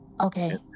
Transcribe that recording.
Okay